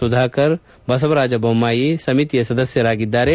ಸುಧಾಕರ್ ಬಸವರಾಜ್ ಬೊಮ್ನಾಯಿ ಸಮಿತಿಯ ಸದಸ್ಕರಾಗಿದ್ದಾರೆ